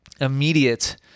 immediate